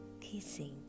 kissing